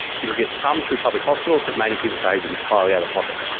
you could get some through public hospitals, but mainly people paid entirely out of pocket.